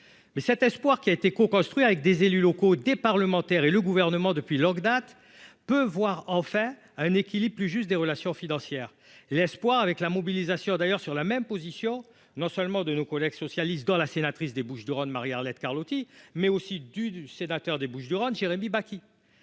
Mais cet espoir qui a été co-construit avec des élus locaux, des parlementaires et le gouvernement depuis longue date peut voir enfin un équilibre plus juste des relations financières l'espoir avec la mobilisation d'ailleurs sur la même position non seulement de nos collègues socialistes dans la sénatrice des Bouches-du-Rhône Marie-Arlette Carlotti mais aussi du du sénateur des Bouches-du-Rhône Jérémy Bacchi.